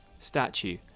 statue